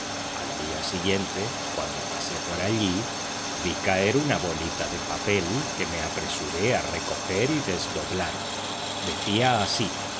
al día siguiente cuando pasé por allí vi caer una bolita de papel que me apresuré a recoger y desdoblar decía así